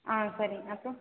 ஆ சரி அப்புறம்